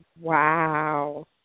Wow